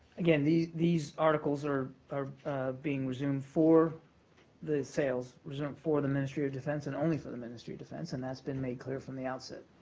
again, these articles are are being resumed for the sales resumed for the ministry of defense and only for the ministry of defense. and that's been made clear from the outset.